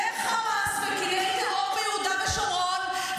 וחמאס ופעילי טרור ביהודה ושומרון,